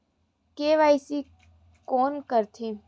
KYC कोन करथे?